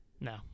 no